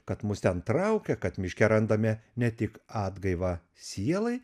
kad mus ten traukia kad miške randame ne tik atgaivą sielai